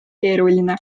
keeruline